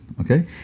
okay